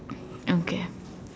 okay